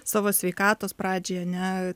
savo sveikatos pradžioj ane